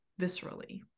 viscerally